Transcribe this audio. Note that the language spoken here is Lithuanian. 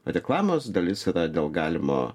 reklamos dalis dėl galimo